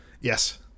Yes